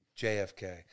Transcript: JFK